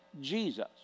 Jesus